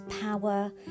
power